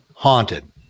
Haunted